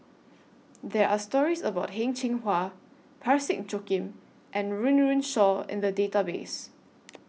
There Are stories about Heng Cheng Hwa Parsick Joaquim and Run Run Shaw in The Database